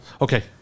Okay